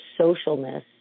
socialness